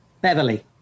Beverly